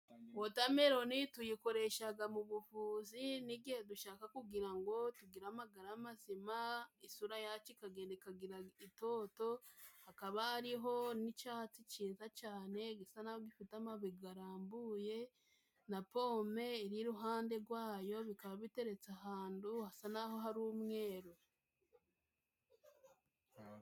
Wotameloni tuyikoreshaga mu buvuzi n'igihe dushaka kugira ngo tugire amagara mazima , isura yacu ikagenda ikagira itoto , hakaba hariho n'icatsi ciza cane gisa naho gifite amababi garambuye na pome iri iruhande gwayo bikaba biteretse ahantu hasa naho hari umweru.